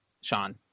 Sean